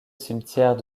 cimetière